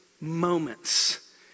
moments